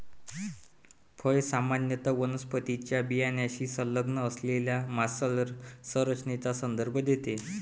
फळ सामान्यत वनस्पतीच्या बियाण्याशी संलग्न असलेल्या मांसल संरचनेचा संदर्भ देते